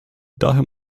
daher